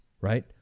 right